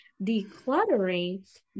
decluttering